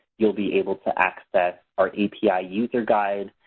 you'll be able to access our api ah user guide,